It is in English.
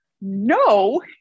No